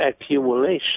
accumulation